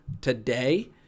today